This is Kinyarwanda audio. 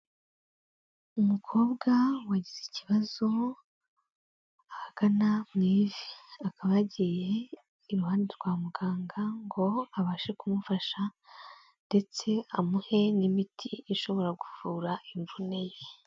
Umukobwa wagize ikibazo ahagana mu ivi, akaba yagiye iruhande rwa muganga ngo abashe kumufasha ndetse amuhe n'imiti ishobora kuvura imvune ye.